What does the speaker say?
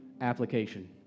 application